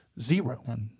Zero